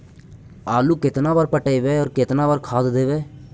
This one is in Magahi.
आलू केतना बार पटइबै और केतना बार खाद देबै?